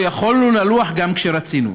לא יכולנו לנוח גם כשרצינו.